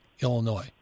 Illinois